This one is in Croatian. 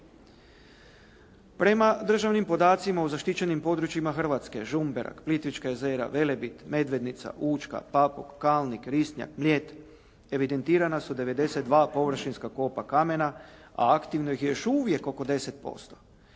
Prema državnim podacima u zaštićenim područjima Hrvatske, Žumberak, Plitvička jezera, Velebit, Medvednica, Učka, Papuk, Kalnik, Risnjak, Mljet, evidentirana su 92 površinska kopa kamena, a aktivno ih je još uvijek oko 10%.